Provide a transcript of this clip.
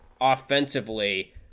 offensively